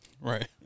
Right